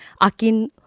Akin